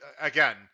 again